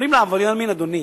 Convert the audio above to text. אומרים לעבריין מין: אדוני,